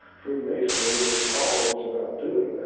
free masonry is always about doing that,